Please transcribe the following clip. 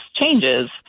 changes